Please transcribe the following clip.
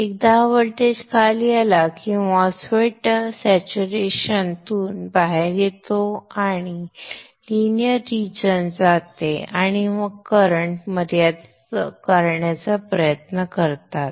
एकदा हा व्होल्टेज खाली आला की MOSFET सचूरेशन तून बाहेर येतो आणि लिनियर रिजन जातो आणि येथे करंट मर्यादित करण्याचा प्रयत्न करतो